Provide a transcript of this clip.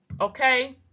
Okay